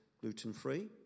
gluten-free